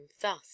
thus